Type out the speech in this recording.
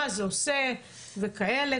מה זה עושה וכאלה,